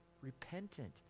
repentant